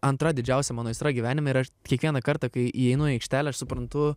antra didžiausia mano aistra gyvenime ir aš kiekvieną kartą kai įeinu į aikštelę aš suprantu